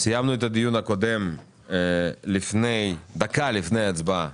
סיימנו את הדיון הקודם דקה לפני ההצבעה